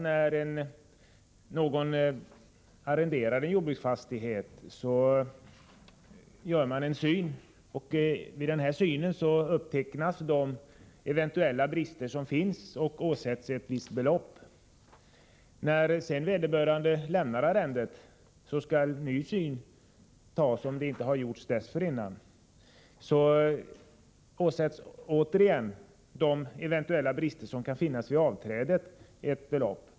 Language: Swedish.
När någon arrenderar en jordbruksfastighet görs syn, och vid denna upptecknas de eventuella brister som finns och åsätts ett visst värde. När sedan vederbörande lämnar arrendet skall ny syn företas, om en sådan inte har gjorts dessförinnan. Vid denna syn åsätts de brister som eventuellt finns vid avträdet ett belopp.